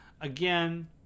again